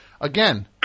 Again